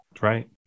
Right